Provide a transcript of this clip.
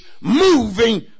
moving